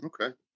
Okay